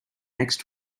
next